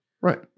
Right